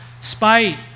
spite